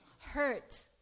hurt